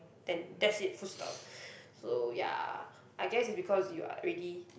then that's it full stop so ya I guess it's because you are ready